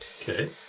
Okay